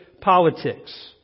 politics